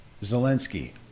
Zelensky